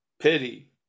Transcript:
pity